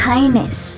Highness